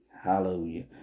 Hallelujah